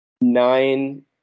nine